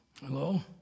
Hello